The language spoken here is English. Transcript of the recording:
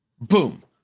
boom